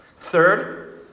Third